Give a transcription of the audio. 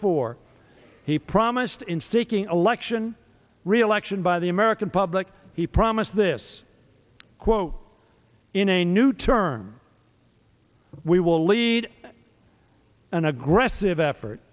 four he promised in seeking election re election by the american public he promised this quote in a new term we will lead an aggressive effort